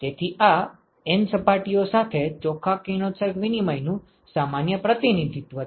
તેથી આ N સપાટીઓ સાથે ચોખ્ખા કિરણોત્સર્ગ વિનિમય નું સામાન્ય પ્રતિનિધિત્વ છે